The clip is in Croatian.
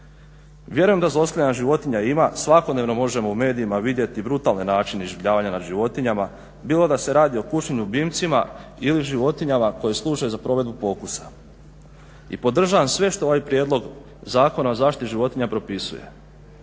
Vjerujem da zlostavljanih životinja ima, svakodnevno možemo u medijima vidjeti brutalne načine iživljavanja nad životinjama bilo da se radi o kućnim ljubimcima ili životinjama koje služe za provedbu pokusa. I podržavam sve što ovaj prijedlog Zakona o zaštiti životinja propisuje.